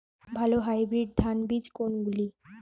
ভালো হাইব্রিড ধান বীজ কোনগুলি?